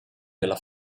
della